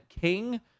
King